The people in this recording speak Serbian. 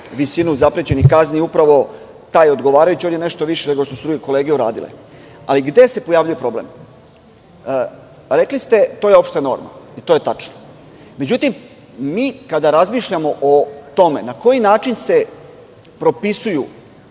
visinu zaprećenih kazni upravo taj odgovarajući. On je nešto više nego što smo druge kolege uradile. Ali, gde se pojavljuje problem? Rekli ste, to je opšta norma i to je tačno. Međutim, mi kada razmišljamo o tome na koji način se propisuju